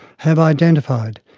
have identified,